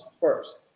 first